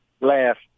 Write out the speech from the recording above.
last